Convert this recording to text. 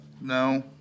No